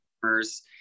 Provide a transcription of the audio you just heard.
customers